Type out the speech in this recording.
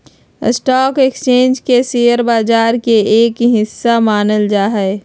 stock exchange के share बाजार के एक हिस्सा मानल जा हई